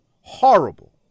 Horrible